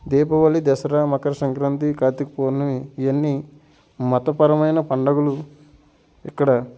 దీపావళి దసరా మకర సంక్రాంతి కార్తిక పూర్ణమి ఇవన్ని మతపరమైన పండగలు ఇక్కడ